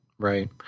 Right